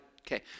Okay